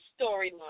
storyline